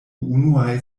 unuaj